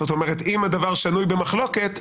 זאת אומרת, אם הדבר שנוי במחלוקת,